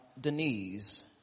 Denise